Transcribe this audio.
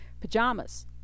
pajamas